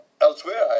elsewhere